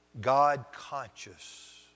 God-conscious